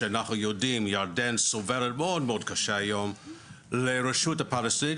שאנחנו יודעים שירדן סובלת מאוד מאוד קשה היום לרשות הפלסטינית,